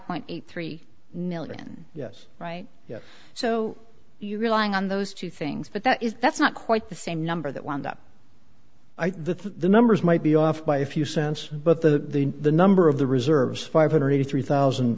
point eight three million yes right yes so you're relying on those two things but that is that's not quite the same number that wound up i think the numbers might be off by a few cents but the the number of the reserves five hundred eighty three thousand